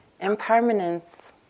Impermanence